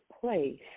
place